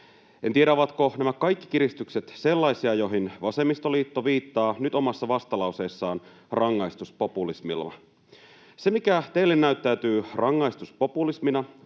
En tiedä, ovatko nämä kaikki kiristykset sellaisia, joihin vasemmistoliitto viittaa nyt omassa vastalauseessaan rangaistuspopulismilla. Se, mikä teille näyttäytyy rangaistuspopulismina,